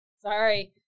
Sorry